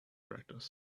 practice